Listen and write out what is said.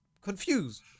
confused